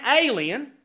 alien